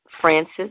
Francis